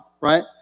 right